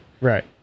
Right